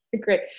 Great